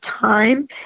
time